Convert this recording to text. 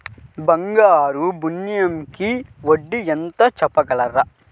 బంగారు ఋణంకి వడ్డీ ఎంతో చెప్పగలరా?